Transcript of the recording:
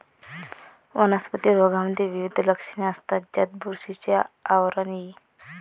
वनस्पती रोगांमध्ये विविध लक्षणे असतात, ज्यात बुरशीचे आवरण इ